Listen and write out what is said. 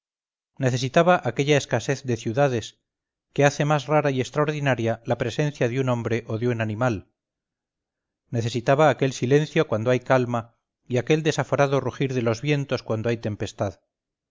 necesitaba aquella escasez de ciudades que hace más rara y extraordinaria la presencia de un hombre o de un animal necesitaba aquel silencio cuando hay calma y aquel desaforado rugir de los vientos cuando hay tempestad